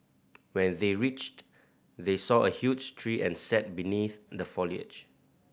when they reached they saw a huge tree and sat beneath the foliage